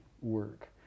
work